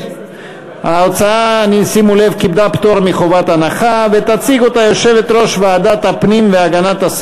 ו-2014), התשע"ג 2013, לוועדת הכספים נתקבלה.